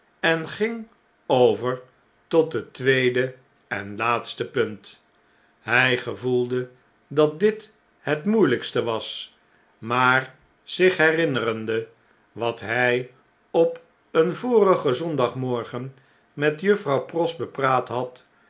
en ging over tot het tweede en laatste punt hjj gevoelde dat dit het moeielgkste was maar zich herinnerende wat hjj op een vorigen zondagmorgen metjuffrouw pross bepraat had